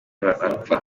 barapfa